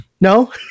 No